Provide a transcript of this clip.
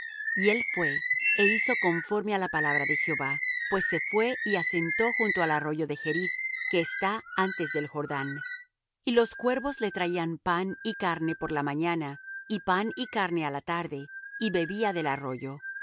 y él fué é hizo conforme á la palabra de jehová pues se fué y asentó junto al arroyo de cherith que está antes del jordán y los cuervos le traían pan y carne por la mañana y pan y carne á la tarde y bebía del arroyo